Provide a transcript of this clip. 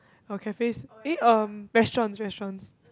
our cafes eh um restaurants restaurants